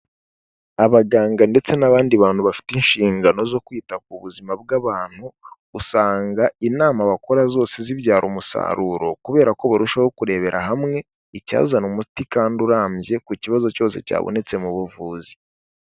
Abaganga ndetse n'abandi bantu bafite ishingano zo kwita ku buzima bw'abantu, usanga inama bakora zose zibyara umusaruro, kubera ko barushaho kurebera hamwe icyazana umuti kandi urambye ku kibazo cyose cyabonetse mu buvuzi.